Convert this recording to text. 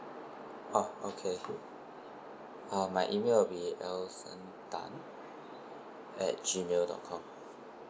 oh okay uh my email will be elson tan at gmail dot com